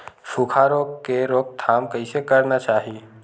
सुखा रोग के रोकथाम कइसे करना चाही?